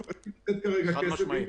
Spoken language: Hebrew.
חד-משמעית.